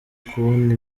kubona